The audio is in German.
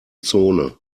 zone